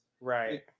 right